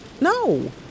No